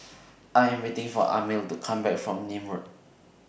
I Am waiting For Amil to Come Back from Nim Road